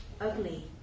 Ugly